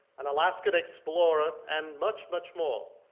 an alaskan explorer and much much more.